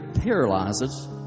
paralyzes